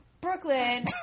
Brooklyn